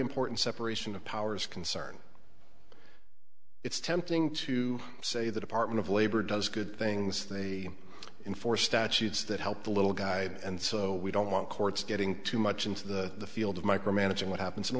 important separation of powers concern it's tempting to say the department of labor does good things they enforce statutes that help the little guy and so we don't want courts getting too much into the field of micromanaging what happens in